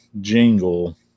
jingle